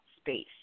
space